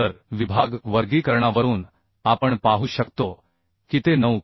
तर विभाग वर्गीकरणावरून आपण पाहू शकतो की ते 9